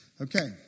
Okay